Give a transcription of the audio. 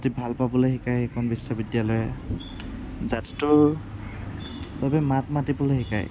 ভাল পাবলৈ শিকায় সেইখন বিশ্ববিদ্যালয়ে জাতিটোৰ বাবে মাত মাতিবলৈ শিকায়